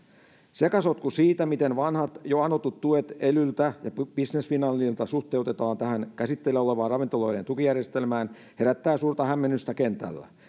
sekasotku siitä miten vanhat jo anotut tuet elyltä ja business finlandilta suhteutetaan tähän käsitteillä olevaan ravintoloiden tukijärjestelmään herättää suurta hämmennystä kentällä